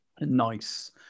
nice